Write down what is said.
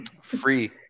Free